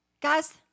Guys